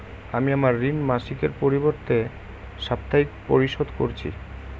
আমি আমার ঋণ মাসিকের পরিবর্তে সাপ্তাহিক পরিশোধ করছি